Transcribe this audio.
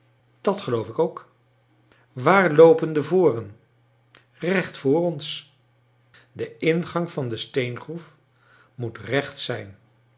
dat geloof ik ook waar loopen de voren recht voor ons de ingang van de steengroef moet rechts zijn